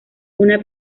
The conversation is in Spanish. una